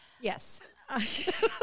Yes